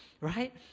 right